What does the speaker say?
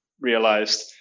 realized